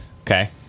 Okay